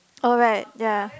oh right ya